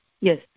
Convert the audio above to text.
Yes